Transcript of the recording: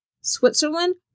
Switzerland